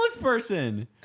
person